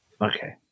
Okay